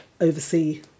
oversee